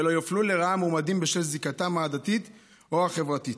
ולא יופלו לרעה מועמדים בשל זיקתם העדתית או החברתית.